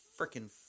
freaking